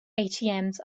atms